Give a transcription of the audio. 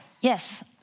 Yes